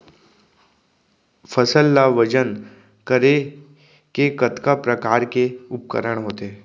फसल ला वजन करे के कतका प्रकार के उपकरण होथे?